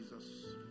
Jesus